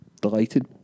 delighted